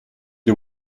the